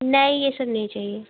नहीं ये सब नहीं चाहिए